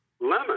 lemon